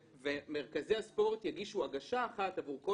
ומרכזי הספורט יגישו הגשה אחת עבור כל